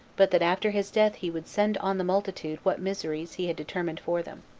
but that after his death he would send on the multitude what miseries he had determined for them.